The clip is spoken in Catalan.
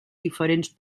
diferents